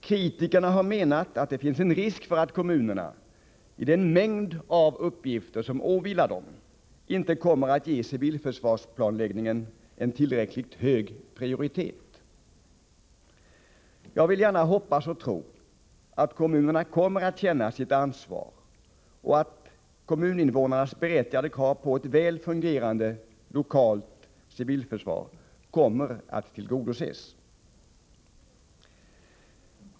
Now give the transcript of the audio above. Kritikerna har menat att det finns risk för att kommunerna, i den mängd av uppgifter som åvilar dem, inte kommer att ge civilförsvarsplanläggningen tillräckligt hög prioritet. Jag vill gärna tro att kommunerna kommer att känna sitt ansvar och att kommuninvånarnas berättigade krav på ett väl fungerande lokalt civilförsvar kommer att tillgodoses.